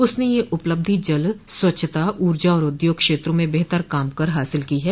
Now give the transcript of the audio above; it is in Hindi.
उसने यह उपलब्धि जल स्वच्छता ऊर्जा और उद्योग क्षेत्रों में बेहतर काम कर हासिल की है